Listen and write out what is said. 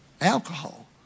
alcohol